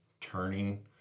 turning